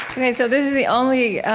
ok, so this is the only